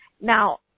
Now